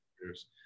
years